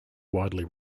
widely